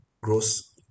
gross